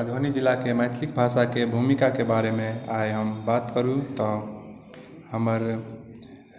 मधुबनी जिलाके मैथिली भाषाके भूमिकाके बारेमे आइ हम बात करू तऽ हमर